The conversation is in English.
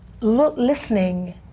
listening